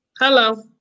Hello